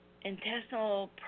intestinal